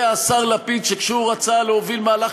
יודע השר לפיד שכשהוא רצה להוביל מהלך